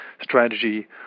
strategy